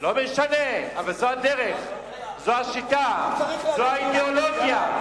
לא משנה, אבל זו הדרך, זו השיטה, זו האידיאולוגיה.